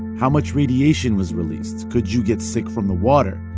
how much radiation was released? could you get sick from the water?